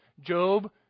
Job